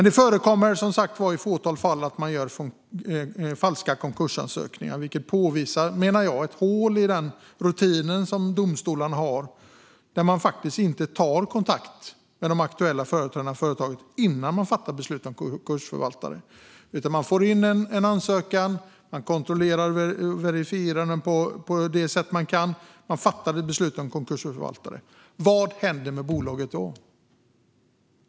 Det förekommer som sagt i ett fåtal fall att man gör falska konkursansökningar. Jag menar att detta påvisar ett hål i den rutin som domstolen har, där man inte tar kontakt med de aktuella företrädarna för företaget innan man fattar beslut om konkursförvaltare. Man får in en ansökan, man kontrollerar och verifierar den på det sätt man kan och man fattar beslut om konkursförvaltare. Vad händer med bolaget då?